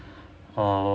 or